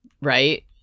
right